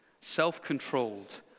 self-controlled